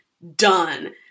done